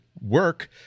work